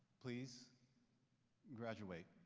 please graduate!